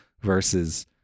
versus